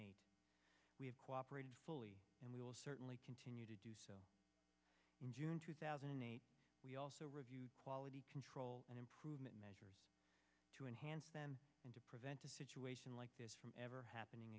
eight we have cooperated fully and we will certainly continue to do so in june two thousand and eight we also review quality control and improvement measures to enhance them and to prevent a situation like this from ever happening